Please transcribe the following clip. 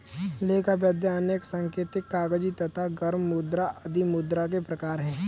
लेखा, वैधानिक, सांकेतिक, कागजी तथा गर्म मुद्रा आदि मुद्रा के प्रकार हैं